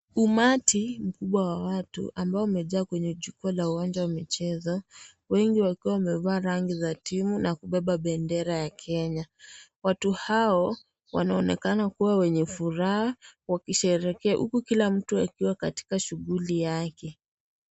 Umati mkubwa wa watu ambao umejaa kwenye jukwaa la uwanja wa michezo wengi wakiwa wamevaa rangi za timu na kubeba bendera ya kenya. Watu hao wanaonekana kua wenye furaha wakisherekea huku kila mtu akiwa katika shughuli yake.